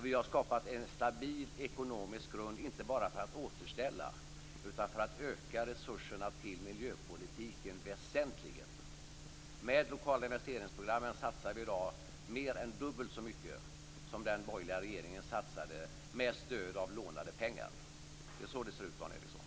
Vi har skapat en stabil ekonomisk grund, inte bara för att återställa utan för att öka resurserna till miljöpolitiken väsentligen. Med de lokala investeringsprogrammen satsar vi i dag mer än dubbelt så mycket som den borgerliga regeringen satsade med stöd av lånade pengar. Det är så det ser ut, Dan Ericsson.